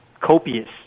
copious